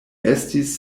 estis